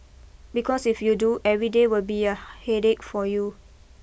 because if you do every day will be a headache for you